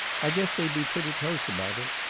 i guess they be pretty close about it.